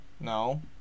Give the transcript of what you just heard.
No